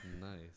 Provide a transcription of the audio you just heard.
Nice